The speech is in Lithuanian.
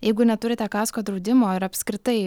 jeigu neturite kasko draudimo ir apskritai